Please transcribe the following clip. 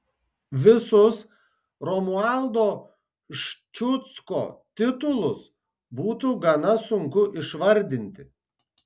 visus romualdo ščiucko titulus būtų gana sunku išvardinti